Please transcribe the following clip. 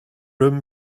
room